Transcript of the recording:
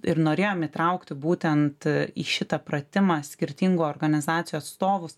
ir norėjom įtraukti būtent į šitą pratimą skirtingų organizacijų atstovus